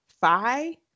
phi